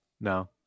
No